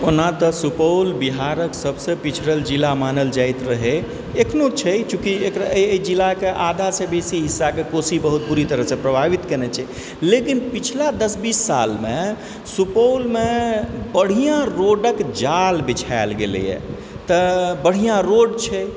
ओनातऽ सुपौल बिहारके सभसँ पिछड़ल जिला मानल जाइत रहै एखनो छै चूँकि एकरा एहि जिला कऽ आधासँ बेसी हिस्साके कोसी बहुत बुरी तरहसँ प्रभावित केने छै लेकिन पछिला दस बीस सालमे सुपौलमे बढ़िआँ रोडक जाल बिछैल गेलैए तऽ बढ़िआँ रोड छै